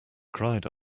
cried